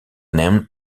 named